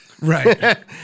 Right